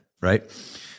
right